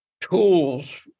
tools